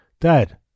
Dad